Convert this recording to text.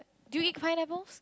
do you eat pineapples